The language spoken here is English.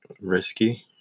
Risky